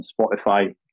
spotify